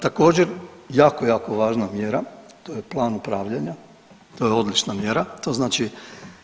Također jako, jako važna mjera to je plan upravljanja, to je odlična mjera, to znači